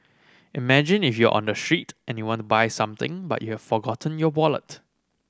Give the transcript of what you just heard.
imagine if you're on the street and you want to buy something but you've forgotten your wallet